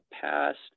past